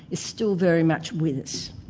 is still very much with us.